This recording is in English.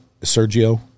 Sergio